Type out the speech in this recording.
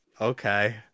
Okay